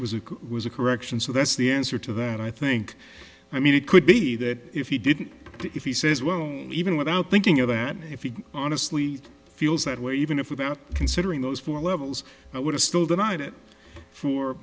was it was a correction so that's the answer to that i think i mean it could be that if he didn't if he says well even without thinking of that if you honestly feels that way even if without considering those four levels i would have still denied it for